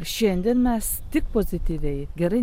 šiandien mes tik pozityviai gerai